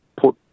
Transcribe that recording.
put